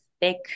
thick